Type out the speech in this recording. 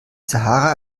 sahara